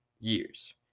years